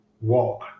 walk